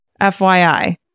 FYI